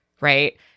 right